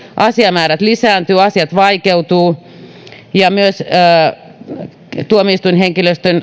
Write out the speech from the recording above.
asiamäärät lisääntyvät asiat vaikeutuvat myös tuomiostuinhenkilöstön